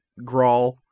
Grawl